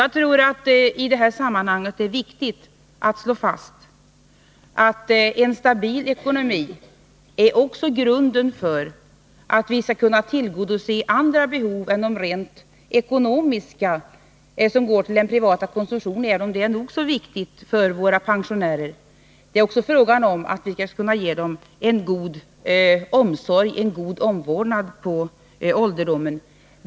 Jag tror att det i detta sammanhang är viktigt att slå fast att en stabil ekonomi också är grunden för att vi skall kunna tillgodose andra behov än de rent ekonomiska, de som avser den privata konsumtionen, även om det är nog så viktigt för t.ex. våra pensionärer. Det är också fråga om att vi skall kunna ge dem en god omsorg och en god omvårdnad på ålderdomen.